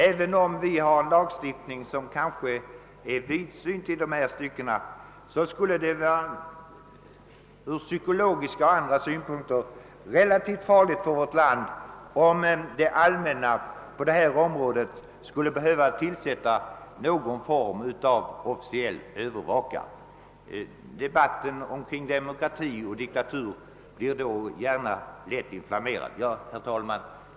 Även om vi har en lagstiftning, som är vidsynt i dessa stycken, skulle det ur psykolo giska och andra synpunkter bli relativt farligt för vårt land, om det allmänna på detta område skulle behöva tillsätta någon form av officiell övervakare. Debatten omkring demokrati och diktatur blir då gärna lätt inflammerad.